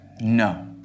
no